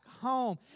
home